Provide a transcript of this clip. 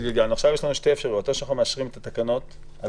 עכשיו יש לנו שתי אפשרויות: או שאנחנו מאשרים את התקנות הללו.